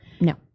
No